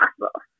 possible